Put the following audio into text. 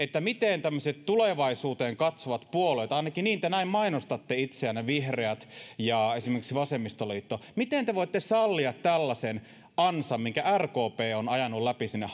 miten tämmöiset tulevaisuuteen katsovat puolueet ainakin te näin mainostatte itseänne esimerkiksi vihreät ja vasemmistoliitto voitte sallia tällaisen ansan minkä rkp on ajanut läpi sinne